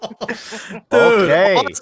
Okay